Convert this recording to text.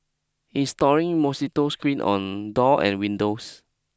installing mosquito screen on doors and windows